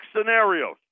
scenarios